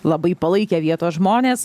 labai palaikė vietos žmonės